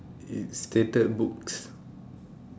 it stated books